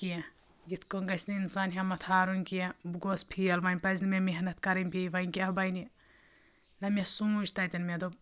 کینٛہہ یِتھ کٔنۍ گژھِ نہٕ اِنسان ہٮ۪مَتھ ہارُن کینٛہہ بہٕ گوس فیل وۄنۍ پَزِ نہٕ مےٚ محنت کَرٕنۍ بیٚیہِ وَنہِ کیاہ بَنہِ نہ مےٚ سوٗنٛچ تَتٮ۪ن مےٚ دوٚپ